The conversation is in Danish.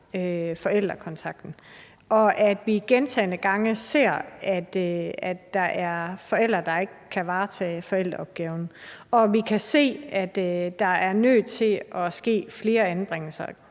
forældrekontakten, og at vi gentagne gange ser forældre, der ikke kan varetage forældreopgaven, og at vi kan se, at der er nødt til at ske flere anbringelser,